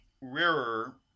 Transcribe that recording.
rarer